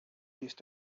used